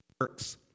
works